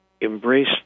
embrace